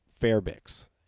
Fairbix